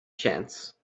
chance